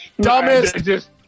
Dumbest